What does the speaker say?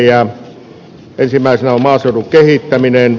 ensimmäisenä on maaseudun kehittäminen